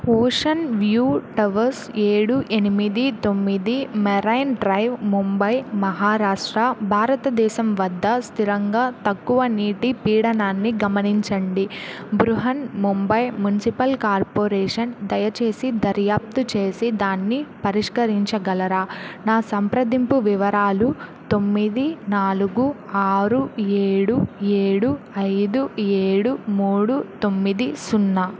ocean View Towers ఏడు ఎనిమిది తొమ్మిది మెరైన్ డ్రైవ్ ముంబై మహారాష్ట్ర భారతదేశం వద్ద స్థిరంగా తక్కువ నీటి పీడనాన్ని గమనించండి బృహన్ ముంబై మునిసిపల్ కార్పొరేషన్ దయచేసి దర్యాప్తు చేసి దాన్ని పరిష్కరించగలరా నా సంప్రదింపు వివరాలు తొమ్మిది నాలుగు ఆరు ఏడు ఏడు ఐదు ఏడు మూడు తొమ్మిది సున్నా